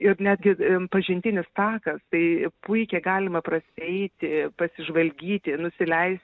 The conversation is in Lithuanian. ir netgi i pažintinis takas tai puikiai galima prasieiti pasižvalgyti nusileis